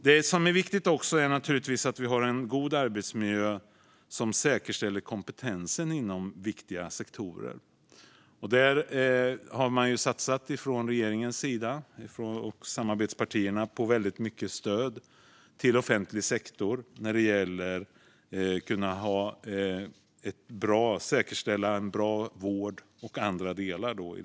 Något som också är viktigt är att vi har en god arbetsmiljö som säkerställer kompetensen inom viktiga sektorer. Här har regeringen och samarbetspartierna satsat på väldigt mycket stöd till offentlig sektor när det gäller att säkerställa god kvalitet i vård och andra delar.